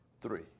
Three